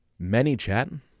ManyChat